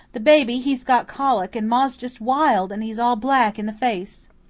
the baby, he's got colic, and ma's just wild, and he's all black in the face.